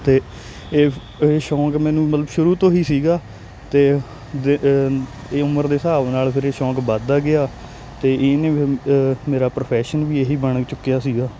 ਅਤੇ ਇਹ ਇਹ ਸ਼ੌਂਕ ਮੈਨੂੰ ਮਤਲਬ ਸ਼ੁਰੂ ਤੋਂ ਹੀ ਸੀਗਾ ਅਤੇ ਦ ਇਹ ਉਮਰ ਦੇ ਹਿਸਾਬ ਨਾਲ ਫਿਰ ਇਹ ਸ਼ੌਂਕ ਵਧਦਾ ਗਿਆ ਅਤੇ ਇਹਨੇ ਫੇ ਮੇਰਾ ਪ੍ਰੋਫੈਸ਼ਨ ਵੀ ਇਹ ਹੀ ਬਣ ਚੁੱਕਿਆ ਸੀਗਾ